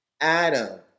Adam